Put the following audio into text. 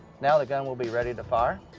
now the gun will be ready to fire,